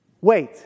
Wait